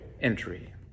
entry